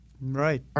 Right